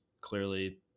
clearly